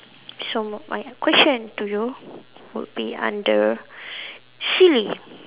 so my question to you would be under silly